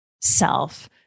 self